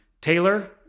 Taylor